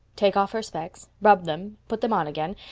take off her specs, rub them, put them on again,